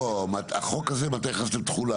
לא, החוק הזה, מתי הוא נכנס לתוקף?